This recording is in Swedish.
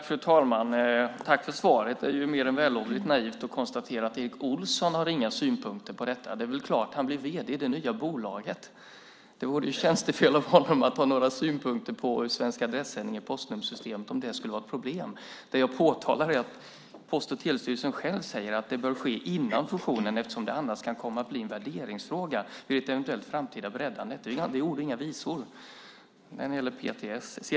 Fru talman! Tack för svaret. Det är mer än vällovligt naivt att konstatera att Erik Olsson inte har några synpunkter på detta. Det är klart att han inte har. Han blir vd i det nya bolaget. Det vore tjänstefel av honom att ha några synpunkter på om det skulle vara några problem när det gäller Svensk Adressändring och postnummersystemet. Det som jag påtalar är att Post och telestyrelsen själv säger att det bör ske före fusionen eftersom det annars kan komma att bli en värderingsfråga vid ett eventuellt framtida breddande. Det är ord och inga visor från PTS.